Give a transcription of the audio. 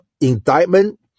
indictment